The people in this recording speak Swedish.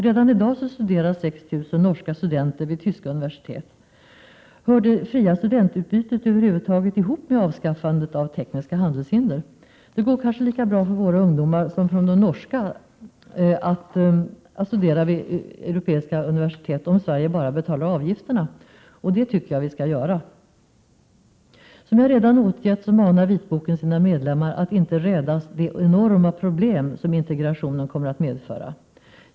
Redan i dag studerar 6 000 norska studenter vid tyska universitet. Hör det fria studentutbytet över huvud taget ihop med avskaffandet av tekniska handelshinder? Det går kanske lika bra för våra ungdomar som för de norska att studera vid europeiska universitet om Sverige bara betalar avgifterna. Och det tycker jag att vi skall göra. Som jag redan återgett manar vitboken sina medlemmar att inte rädas de ”enorma problem” som integrationen kommer att medföra.